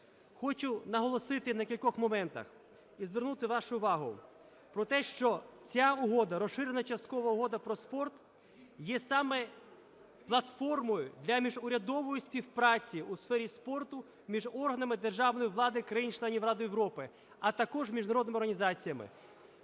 Хочу наголосити на кількох моментах і звернути вашу увагу про те, що ця угода, Розширена часткова угода про спорт, є саме платформою для міжурядової співпраці у сфері спорту між органами державної влади країн-членів Ради Європи, а також міжнародними організаціями.